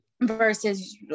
versus